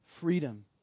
Freedom